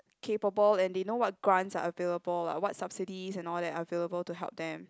capable and they know what grants are available lah what subsidies and all that are available to help them